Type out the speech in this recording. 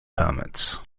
permits